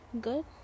good